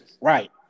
Right